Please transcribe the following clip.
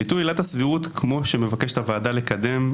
ביטול עילת הסבירות כמו שמבקשת הוועדה לקדם,